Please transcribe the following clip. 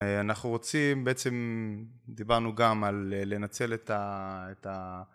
אנחנו רוצים בעצם דיברנו גם על לנצל את ה...